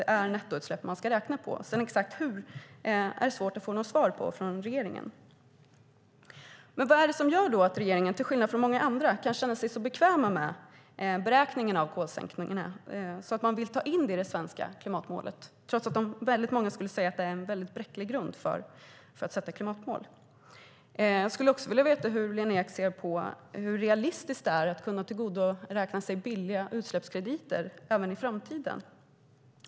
Det är nettoutsläpp man ska räkna på. Hur det exakt ska ske är svårt att få något svar på från regeringen. Vad är det som gör att regeringen, till skillnad från många andra, kan känna sig så bekväm med beräkningarna av kolsänkorna att man vill ta in dem i det svenska klimatmålet trots att väldigt många skulle säga att det är en mycket bräcklig grund för att sätta klimatmål? Jag skulle också vilja veta hur realistiskt Lena Ek anser det vara att kunna tillgodoräkna sig billiga utsläppskrediter även i framtiden.